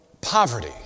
poverty